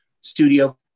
studio